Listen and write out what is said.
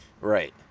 Right